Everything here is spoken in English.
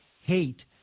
hate